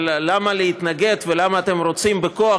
אבל למה להתנגד ולמה אתם רוצים בכוח